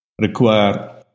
require